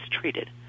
treated